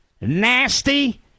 nasty